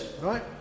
Right